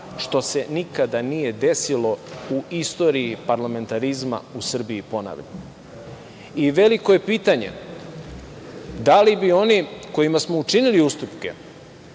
što se nikada nije desilo u istoriji parlamentarizma u Srbiji, ponavljam. Veliko je pitanje da li bi oni kojima smo učinili ustupke,